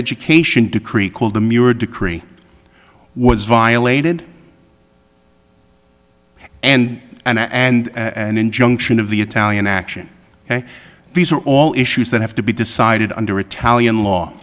education decree called them your decree was violated and and and an injunction of the italian action and these are all issues that have to be decided under italian law